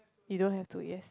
you don't have to yes